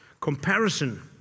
Comparison